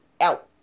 out